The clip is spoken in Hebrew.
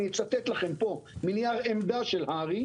אני אצטט לכם פה מנייר עמדה של הר"י,